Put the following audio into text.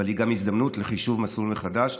אבל היא גם הזדמנות לחישוב מסלול מחדש.